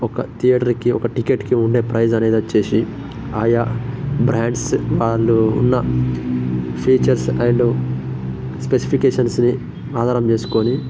ఒక థియేటర్కి ఒక టికెట్కి ఉండే ప్రైజనేది వచ్చేసి ఆయా బ్రాండ్స్ వాళ్ళు ఉన్న ఫీచర్స్ అండ్ స్పెసిఫికేషన్స్ని ఆధారం చేసుకొని